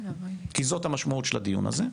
כי זו המשמעות של הדיון הזה,